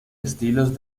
estilos